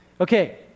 Okay